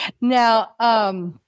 Now